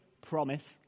Promise